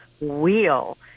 wheel